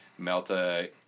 melta